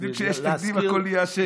כאילו כשיש תקדים הכול נהיה שקט.